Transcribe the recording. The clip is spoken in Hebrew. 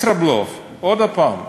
ישראבלוף, עוד הפעם.